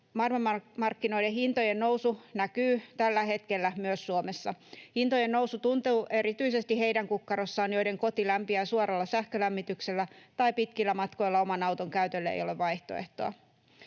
maailmanmarkkinahintojen nousu näkyy tällä hetkellä myös Suomessa. Hintojen nousu tuntuu erityisesti heidän kukkarossaan, joiden koti lämpiää suoralla sähkölämmityksellä tai joilla pitkillä matkoilla oman auton käytölle ei ole vaihtoehtoa.